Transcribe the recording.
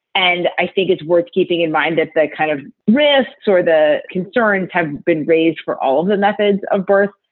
and i think it's worth keeping in mind that the kind of risks or the concerns have been raised for all of the methods of birth,